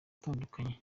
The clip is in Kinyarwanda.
atandukanye